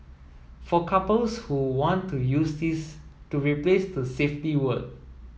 for couples who want to use this to replace the safety word